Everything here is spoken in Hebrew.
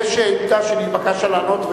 יש שאילתא שנתבקשת לענות עליה,